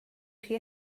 chi